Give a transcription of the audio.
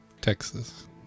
Texas